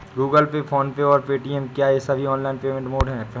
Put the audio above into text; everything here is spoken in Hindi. गूगल पे फोन पे और पेटीएम क्या ये सभी ऑनलाइन पेमेंट मोड ऐप हैं?